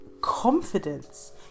confidence